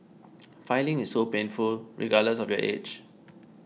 filing is so painful regardless of your age